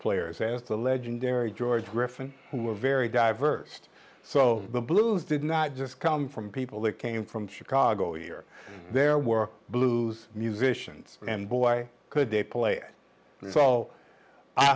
players as the legendary george griffin who were very diverse so the blues did not just come from people that came from chicago here there were blues musicians and boy could they play so i